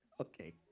okay